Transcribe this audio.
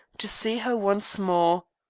to see her once more.